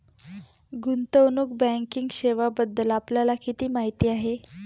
गुंतवणूक बँकिंग सेवांबद्दल आपल्याला किती माहिती आहे?